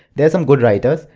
there's some good writers.